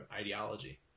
ideology